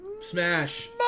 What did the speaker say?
Smash